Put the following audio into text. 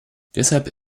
deshalb